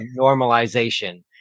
normalization